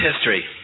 history